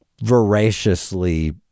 voraciously